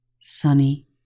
Sunny